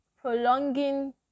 Prolonging